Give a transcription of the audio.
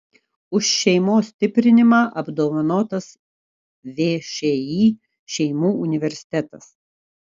už šeimos stiprinimą apdovanotas všį šeimų universitetas